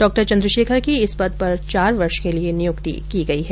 doctor Chandrashekhar की इस पद पर चार वर्ष के लिए नियुक्ति की गई हैं